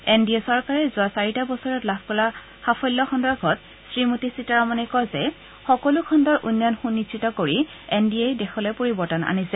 N D A চৰকাৰে যোৱা চাৰিটা বছৰত লাভ কৰা সাফল্য সন্দৰ্ভত শ্ৰীমতী সীতাৰমণে কয় যে সকলো খণ্ডৰ উন্নয়ন সুনিশ্চিত কৰি এন ডি এ দেশলৈ পৰিৱৰ্তন আনিছে